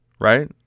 right